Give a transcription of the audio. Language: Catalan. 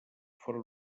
foren